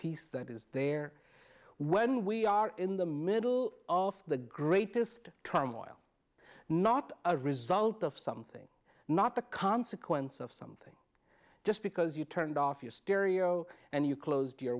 peace that is there when we are in the middle of the greatest turmoil not a result of something not a consequence of some just because you turned off your stereo and you closed your